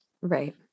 right